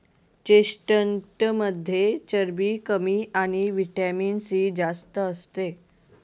चेस्टनटमध्ये चरबी कमी आणि व्हिटॅमिन सी जास्त असते